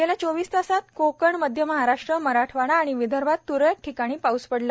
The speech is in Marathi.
गेल्या चोवीस तासांत कोकण मध्य महाराष्ट्र मराठवाडा आणि विदर्भात तुरळक ठिकाणी पाऊस पडला